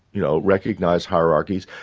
you know, recognise hierarchies.